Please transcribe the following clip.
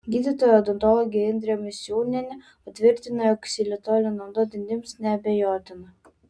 gydytoja odontologė indrė misiūnienė patvirtina kad ksilitolio nauda dantims neabejotina